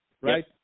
right